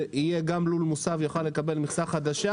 שגם לול מוסב יוכל לקבל מכסה חדשה,